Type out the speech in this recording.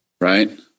right